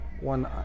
one